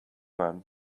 run